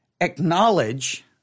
acknowledge